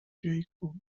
جیکوب